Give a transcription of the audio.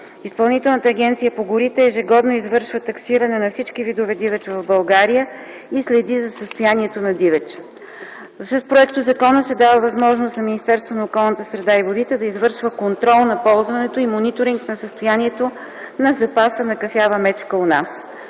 Изпълнителната агенция по горите ежегодно извършва таксиране на всички видове дивеч в България и следи за състоянието на дивеча. С проектозакона се дава възможност на Министерството на околната среда да извършва контрол на ползването и мониторинг на състоянието на запаса на кафява мечка у нас.